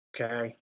Okay